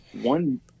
one